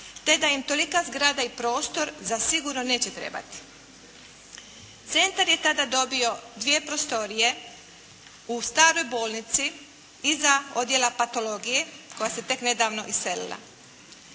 te da im tolika zgrada i prostor zasigurno neće trebati. Centar je tada dobio dvije prostorije u staroj bolnici, iza Odjela patologije koja se tek nedavno iselila.